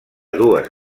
dues